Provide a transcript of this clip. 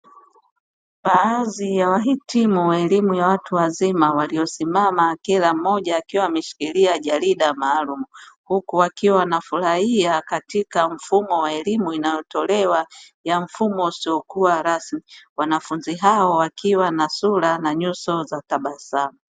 Baadhi ya wahitimu wa elimu ya watu wazima waliosimama kila mmoja akiwa ameshikilia jarida maalumu, huku wakiwa wanafurahia katika mfumo wa elimu inayotolewa ya mfumo usiokuwa rasmi wanafunzu hao wakiwa na sura na nyuso zenye tabasamu.